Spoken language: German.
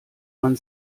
man